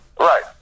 Right